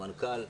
המנכ"ל.